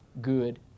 good